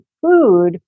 food